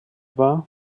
war